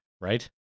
right